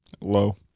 Low